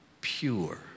pure